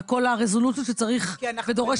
על כל הרזולוציות שצריך ודורש